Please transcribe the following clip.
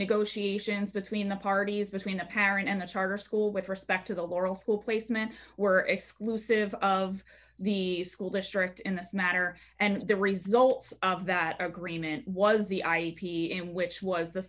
negotiations between the parties that mean a parent and a charter school with respect to the moral school placement were exclusive of the school district in this natter and the result of that agreement was the i p m which was the